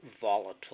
volatile